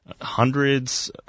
hundreds